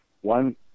one